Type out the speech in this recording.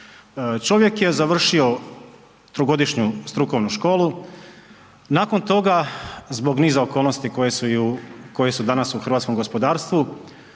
Čovjek je završio trogodišnju strukovnu školu, nakon toga, zbog niza okolnosti koje su i u, koje su danas u hrvatskom gospodarstvu